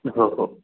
हो हो